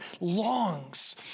longs